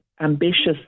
ambitious